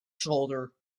shoulder